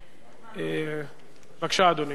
בבקשה, אדוני.